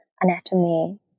anatomy